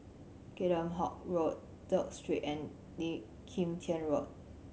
Kheam Hock Road Duke Street and Kim Tian Road